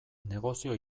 negozio